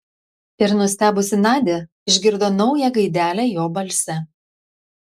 ir nustebusi nadia išgirdo naują gaidelę jo balse